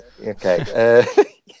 Okay